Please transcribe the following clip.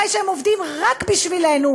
אחרי שהם עובדים רק בשבילנו,